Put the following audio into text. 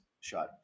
shot